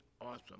awesome